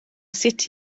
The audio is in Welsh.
sut